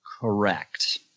Correct